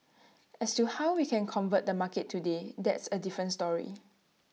as to how we can convert the market today that's A different story